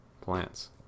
plants